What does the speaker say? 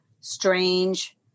strange